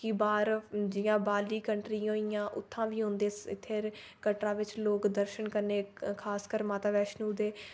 कि बाह्र जि'यां बाह्रली कंट्रियां होइयां उत्थां बी औंदे इत्थै कटरा बिच लोक दर्शन करने खासकर माता वैश्णो दे